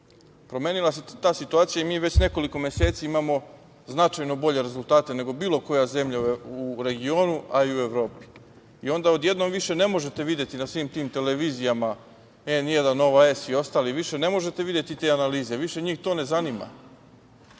Promenila se ta situacija i mi već nekoliko meseci imamo značajno bolje rezultate nego bilo koja zemlja u regionu, a i u Evropi. I onda odjednom više ne možete videti na svim tim televizijama N1, Nova S i ostalim, više ne možete videti te analize, više njih to ne zanima.